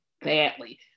badly